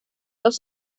los